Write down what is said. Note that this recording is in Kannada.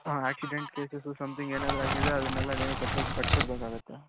ಹಾಂ ಆ್ಯಕ್ಸಿಡೆಂಟ್ ಕೇಸಸ್ಸು ಸಮ್ತಿಂಗ್ ಏನಾದರೂ ಆಗಿದ್ದರೆ ಅದನ್ನೆಲ್ಲ ನೀವೇ ಕಟ್ಬು ಕಟ್ಟಿಕೊಡ್ಬೇಕಾಗತ್ತೆ